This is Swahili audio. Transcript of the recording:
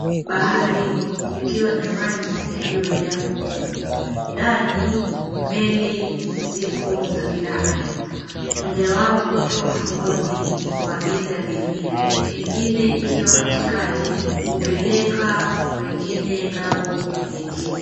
Baharini kukiwa maji yaliyojaa pomoni ndani meli ziko za kila aina mojawapo ikiwa ufuoni kuabiri abiria ingine ikiwa katikati kupeleka wengine ng'ambo nyingine.